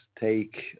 take